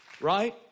Right